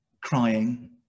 crying